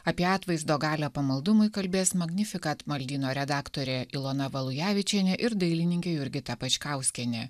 apie atvaizdo galią pamaldumui kalbės magnifikat maldyno redaktorė ilona valujevičienė ir dailininkė jurgita pačkauskienė